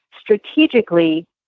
strategically